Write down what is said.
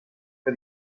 que